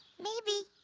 maybe,